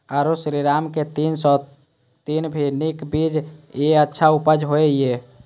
आरो श्रीराम के तीन सौ तीन भी नीक बीज ये अच्छा उपज होय इय?